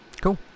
Cool